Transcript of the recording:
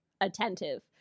attentive